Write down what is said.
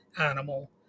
animal